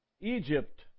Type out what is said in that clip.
Egypt